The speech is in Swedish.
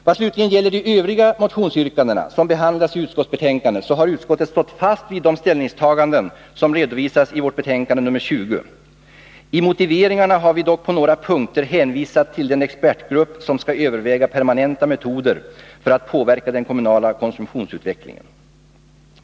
Vad slutligen gäller de övriga motionsyrkanden som behandlats i utskottetsbetänkandet har utskottet stått fast vid de ställningstaganden som redovisas i vårt betänkande nr 20. I motiveringarna har vi dock på några punkter hänvisat till den expertgrupp som skall överväga permanenta metoder att påverka den kommunala konsumtionsutvecklingen.